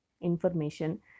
information